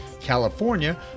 california